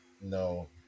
No